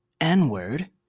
n-word